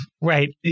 right